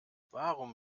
warum